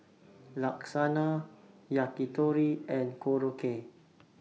Lasagna Yakitori and Korokke